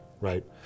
right